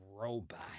robot